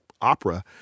opera